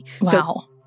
Wow